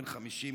בן 50,